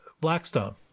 Blackstone